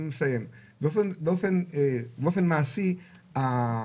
אבל כלים שאים